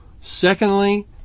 Secondly